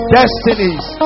destinies